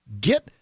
get